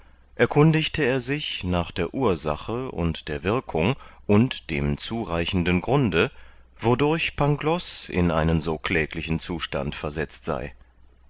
erkundigte er sich nach der ursache und der wirkung und dem zureichenden grunde wodurch pangloß in einen so kläglichen zustand versetzt sei